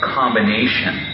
combination